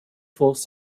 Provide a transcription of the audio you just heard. false